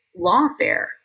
lawfare